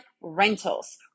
rentals